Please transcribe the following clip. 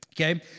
okay